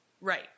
Right